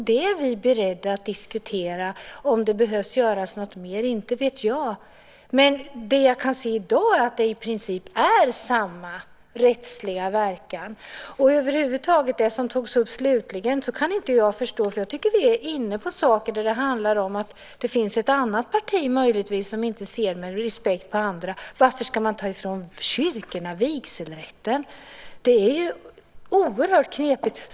Vi är också beredda att diskutera om det behöver göras något mer. Jag vet inte om det är så, men jag kan i dag se att registrerat partnerskap i princip har samma rättsliga verkan. Jag kan över huvud taget inte förstå det som togs upp på slutet. Det finns också ett annat parti som möjligtvis inte ser med respekt på andra. Varför ska man ta ifrån kyrkorna vigselrätten? Det är oerhört knepigt.